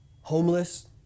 homeless